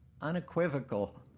unequivocal